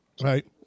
right